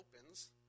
opens